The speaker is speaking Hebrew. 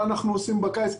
מה אנחנו עושים בקיץ,